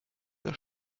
der